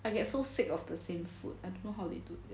I get so sick of the same food I don't know how they do that